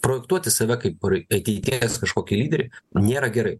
projektuoti save kaip ateities kažkokį lyderį nėra gerai